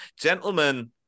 gentlemen